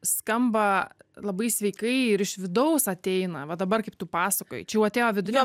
skamba labai sveikai ir iš vidaus ateina va dabar kaip tu pasakoji čia jau atėjo viduje